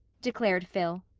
declared phil,